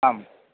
आं